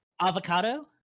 Avocado